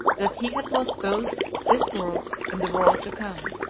that he had lost both this world and the world to come.